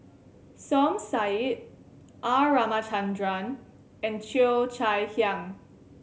Som Said R Ramachandran and Cheo Chai Hiang